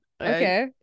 Okay